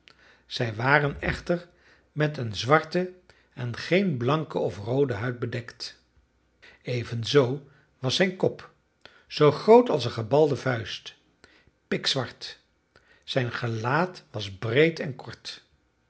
zij waren echter met een zwarte en geen blanke of roode huid bedekt evenzoo was zijn kop zoo groot als een gebalde vuist pikzwart zijn gelaat was breed en kort